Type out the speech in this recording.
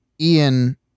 Ian